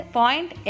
point